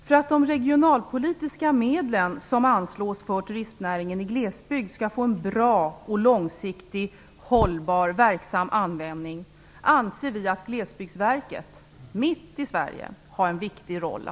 För att de regionalpolitiska medel som anslås för turismnäring i glesbygd skall få en bra, långsiktigt hållbar och verksam användning anser vi att Glesbygdsmyndigheten, som finns mitt i Sverige, har en viktig roll.